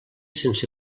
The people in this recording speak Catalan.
sense